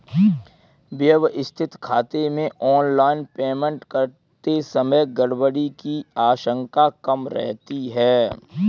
व्यवस्थित खाते से ऑनलाइन पेमेंट करते समय गड़बड़ी की आशंका कम रहती है